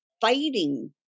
fighting